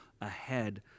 ahead